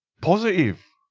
positive!